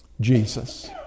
Jesus